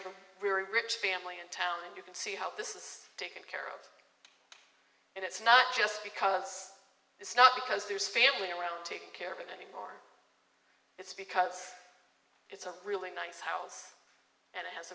cemetery very rich family in town and you can see how this is taking care of and it's not just because it's not because there's family around taking care of it anymore it's because it's a really nice house and it has